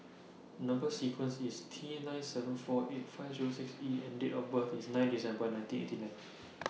Number sequence IS T nine seven four eight five Zero six E and Date of birth IS nine December nineteen eighty nine